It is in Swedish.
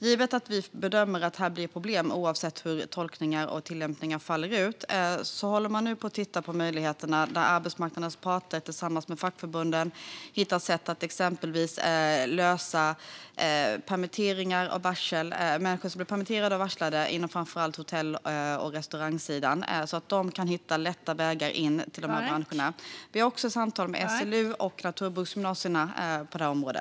Givet att vi bedömer att det blir problem oavsett hur tolkningar och tillämpningar faller ut håller man nu på och tittar på möjligheter för arbetsmarknadens parter att tillsammans med fackförbunden hitta sätt att exempelvis lösa problem med permitteringar och varsel - det handlar om människor som blir permitterade och varslade framför allt på hotell och restaurangsidan - så att dessa människor lätt kan hitta in till dessa branscher. Vi har också samtal med SLU och naturbruksgymnasierna på detta område.